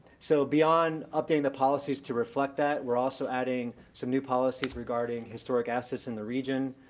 so, beyond updating the policies to reflect that, we're also adding some new policies regarding historic assets in the region,